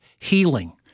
healing